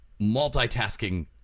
multitasking